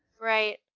Right